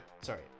sorry